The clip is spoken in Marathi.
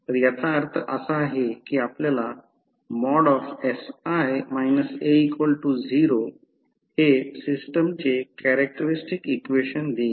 तर याचा अर्थ असा आहे की आपल्याला sI A0 हे सिस्टमचे कॅरेक्टरस्टिक्स इक्वेशन देईल